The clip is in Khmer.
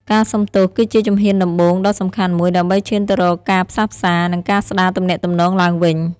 ការសុំទោសគឺជាជំហានដំបូងដ៏សំខាន់មួយ ដើម្បីឈានទៅរកការផ្សះផ្សា និងការស្ដារទំនាក់ទំនងឡើងវិញ។